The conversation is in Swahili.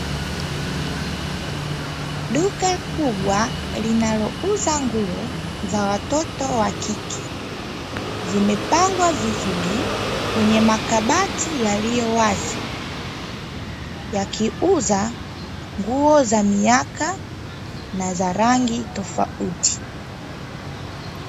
Duka kubwa linalouza nguo za watoto wakike, zimepangwa vizuri yakiuza nguo za miaka na za rangi tofauti